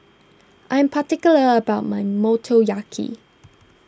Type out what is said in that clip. I'm particular about my Motoyaki